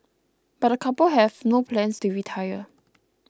but the couple have no plans to retire